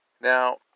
Now